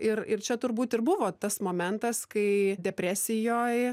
ir ir čia turbūt ir buvo tas momentas kai depresijoj